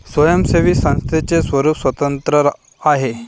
स्वयंसेवी संस्थेचे स्वरूप स्वतंत्र आहे